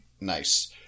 nice